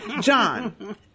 John